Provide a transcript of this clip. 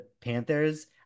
Panthers